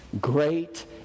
Great